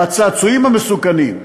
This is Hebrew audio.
והצעצועים המסוכנים,